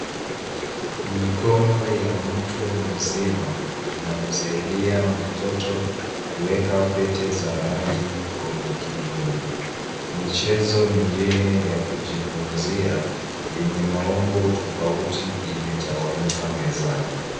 Mikono ya mtu mzima inamsaidia mtoto kuweka pete za rangi kwenye kigingi. Michezo mingine ya kujifunzia, yenye maumbo tofauti imetawanyika mezani.